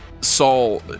Saul